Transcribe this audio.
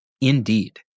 Indeed